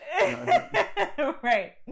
Right